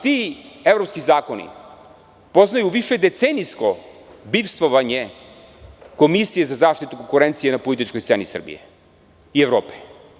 Ti evropski zakoni poznaju više decenijsko bivstvovanje Komisije za zaštitu konkurencije na političkoj sceni Srbije i Evrope.